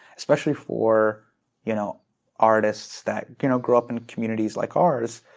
especially for you know artists that you know grow up in communities like ours,